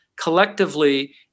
Collectively